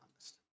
honest